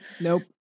Nope